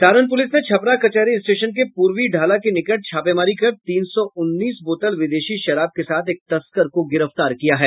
Saran police ने छपरा कचहरी station के पूर्वी ढाला के निकट छापेमारी कर तीन सौ उन्नीस बोतल विदेशी शराब के साथ एक तस्कर को गिरफ्तार किया है